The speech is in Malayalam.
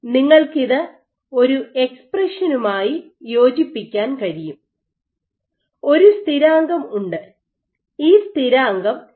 നിങ്ങൾക്കിത് ഒരു എക്സ്പ്രഷനുമായി യോജിപ്പിക്കാൻ കഴിയും ഒരു സ്ഥിരാങ്കം ഉണ്ട് ഈ സ്ഥിരാങ്കം ഈ മൂല്യത്തിന് തുല്യമാണ്